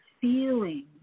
feeling